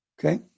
Okay